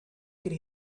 could